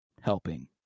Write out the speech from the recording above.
helping